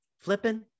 Flipping